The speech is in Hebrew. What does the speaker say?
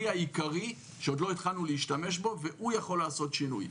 העיקרי שעוד לא השתמשו בו והוא יכול לעשות שינוי.